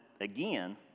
again